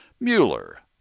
Mueller